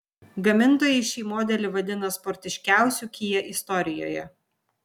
gamintojai šį modelį vadina sportiškiausiu kia istorijoje